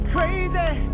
Crazy